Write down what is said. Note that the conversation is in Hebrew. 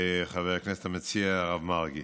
חבר הכנסת המציע, הרב מרגי,